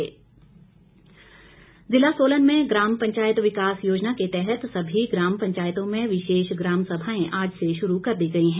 ग्राम सभा सोलन जिला सोलन में ग्राम पंचायत विकास योजना के तहत सभी ग्राम पंचायतों में विशेष ग्राम सभाऐं आज से शुरू कर दी गई है